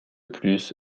plus